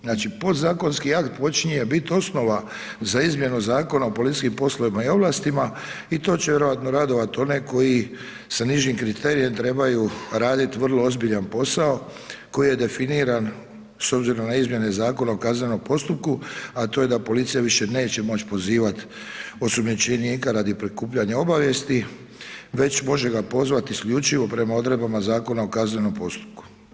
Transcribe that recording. Znači podzakonski akt počinje bit osnova za izmjenu Zakona o policijskim poslovima i ovlastima i to će vjerojatno radovati one koji sa nižim kriterijem trebaju raditi vrlo ozbiljan posao, koji je definiran s obzirom na izmjene Zakona o kaznenom postupku, a to je da policija više neće moći pozivat osumnjičenika radi prikupljanja obavijesti već može ga pozvati isključivo prema odredbama Zakona o kaznenom postupku.